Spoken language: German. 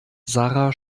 sara